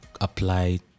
apply